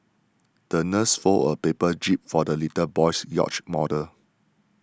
the nurse folded a paper jib for the little boy's yacht model